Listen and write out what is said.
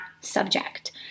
subject